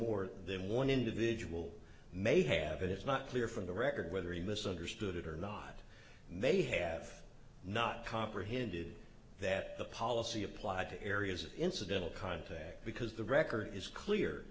more then one individual may have it it's not clear from the record whether he misunderstood it or not and they have not comprehended that the policy applied to areas of incidental contact because the record is clear